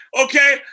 Okay